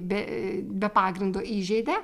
be be pagrindo įžeidė